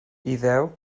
iddew